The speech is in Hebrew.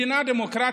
מדינה דמוקרטית,